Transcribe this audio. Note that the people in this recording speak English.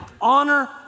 Honor